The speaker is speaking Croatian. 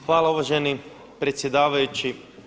Hvala uvaženi predsjedavajući.